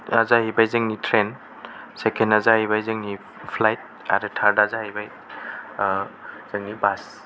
ना जाहैबाय जोंनि ट्रैन सेकेन्दा जाहैबाय जोंनि फ्लाइट आरो थार्दा जाहैबाय जोंनि बास